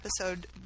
episode